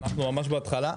אנחנו ממש בהתחלה.